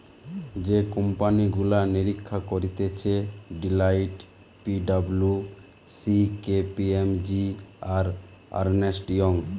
যে কোম্পানি গুলা নিরীক্ষা করতিছে Deloitte, P W C, K P M G, আর আর্নেস্ট ইয়ং